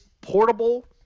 portable